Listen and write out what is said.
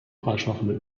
freischaffende